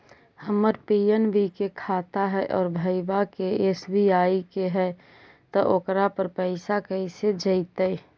हमर पी.एन.बी के खाता है और भईवा के एस.बी.आई के है त ओकर पर पैसबा कैसे जइतै?